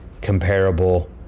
comparable